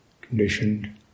conditioned